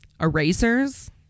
erasers